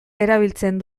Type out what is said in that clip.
erabiltzen